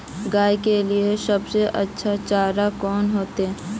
गाय के लिए सबसे अच्छा चारा कौन होते?